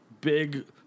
big